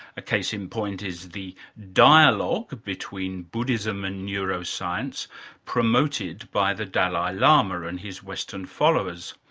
a case in point is the dialogue between buddhism and neuroscience promoted by the dalai lama and his western followers.